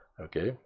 Okay